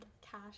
cash